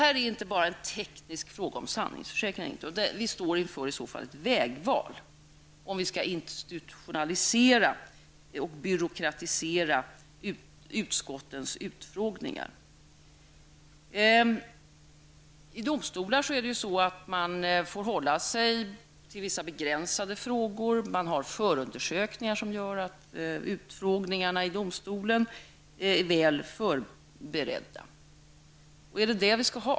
Detta är inte bara en teknisk fråga om sanningsförsäkran eller inte. Vi står inför ett vägval om vi skall institutionalisera och byråkratisera utskottens utfrågningar. I domstolar får man hålla sig till vissa begränsade frågor. Man har förundersökningar som gör att utfrågningarna i domstolen är väl förberedda. Är det detta vi skall ha?